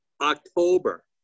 October